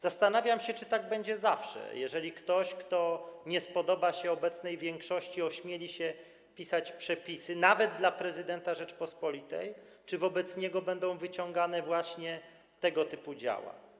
Zastanawiam się, czy tak będzie zawsze, jeżeli ktoś, kto nie spodoba się obecnej większości, ośmieli się pisać przepisy, nawet dla prezydenta Rzeczypospolitej, czy wobec niego będą wytaczane właśnie tego typu działa.